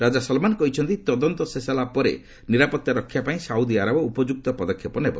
ରାଜା Salman କହିଛନ୍ତି ତଦନ୍ତ ଶେଷ ହେଲା ପରେ ନିରାପତ୍ତା ରକ୍ଷା ପାଇଁ ସାଉଦି ଆରବ ଉପଯୁକ୍ତ ପଦକ୍ଷେପ ନେବ